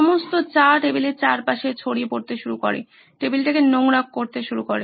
সমস্ত চা টেবিলের চারপাশে ছড়িয়ে পড়তে শুরু করে টেবিলটাকে নোংরা করতে শুরু করে